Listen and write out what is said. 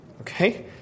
Okay